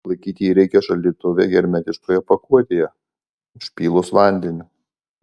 laikyti jį reikia šaldytuve hermetiškoje pakuotėje užpylus vandeniu